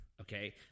Okay